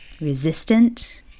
resistant